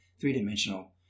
three-dimensional